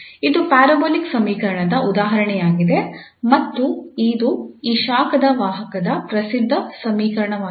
ಇದು ಪ್ಯಾರಾಬೋಲಿಕ್ ಸಮೀಕರಣದ ಉದಾಹರಣೆಯಾಗಿದೆ ಮತ್ತು ಇದು ಈ ಶಾಖ ವಾಹಕದ ಪ್ರಸಿದ್ಧ ಸಮೀಕರಣವಾಗಿದೆ